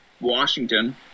Washington—